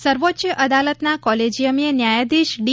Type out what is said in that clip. પટેલ સર્વોચ્ચ અદાલતના કોલેજીયમે ન્યાયાધીશ ડી